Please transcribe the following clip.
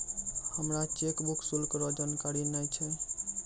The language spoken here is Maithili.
हमरा चेकबुक शुल्क रो जानकारी नै छै